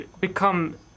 become